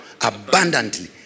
Abundantly